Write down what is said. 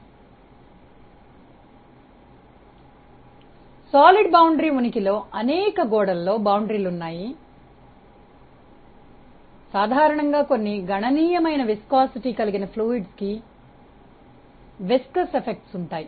ఘన సరిహద్దు ఉనికిలో అనేక గోడలలో సరిహద్దులు ఉన్నాయి మరియు కొన్ని గణనీయమైన స్నిగ్ధత కలిగిన ద్రవాలకు జిగట ప్రభావాలు సాధారణంగా ఉంటాయి